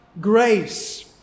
grace